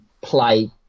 play